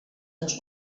les